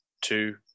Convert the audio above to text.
two